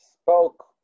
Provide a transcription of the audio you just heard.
spoke